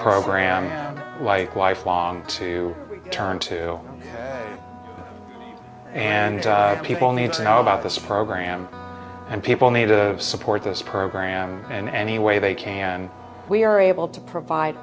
program like wife long to turn to and people need to know about this program and people need to support this program and any way they can we are able to provide